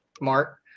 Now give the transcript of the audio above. Mark